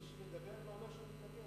מי שמדבר לא אומר שהוא מתנגד.